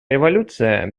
революция